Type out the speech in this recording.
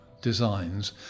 designs